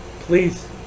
please